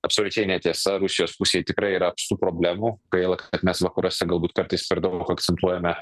absoliučiai netiesa rusijos pusėj tikrai yra apstu problemų gaila kad mes vakaruose galbūt kartais per daug akcentuojame